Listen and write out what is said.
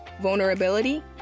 vulnerability